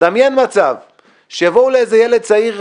דמיין מצב שיבואו לילד צעיר,